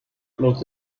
los